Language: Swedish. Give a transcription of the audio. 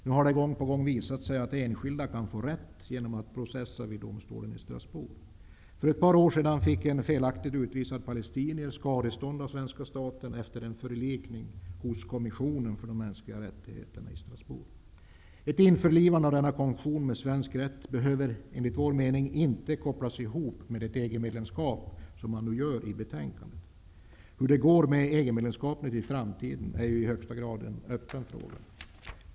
Nu har det gång på gång visat sig att enskilda kan få rätt genom att processa i domstolen i Strasbourg. För ett par år sedan fick en felaktigt utvisad palestinier skadestånd av svenska staten efter en förlikning hos kommissionen för de mänskliga rättigheterna i Strasbourg. Ett införlivande av denna konvention med svensk rätt behöver enligt vår mening inte kopplas ihop med ett EG-medlemskap som man gör i betänkandet. Hur det går med EG medlemskapet i framtiden är ju i högsta grad en öppen fråga.